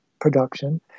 production